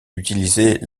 utiliser